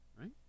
Right